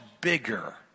bigger